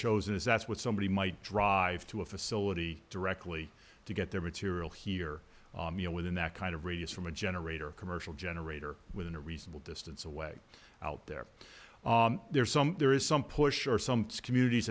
chosen if that's what somebody might drive to a facility directly to get their material here you know within that kind of radius from a generator commercial generator within a reasonable distance away out there there's some there is some push or some communities